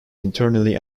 internally